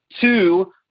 two